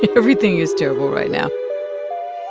everything is terrible right now